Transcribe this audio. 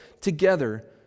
together